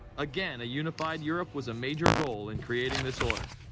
again, a unified europe was a major goal in creating this order.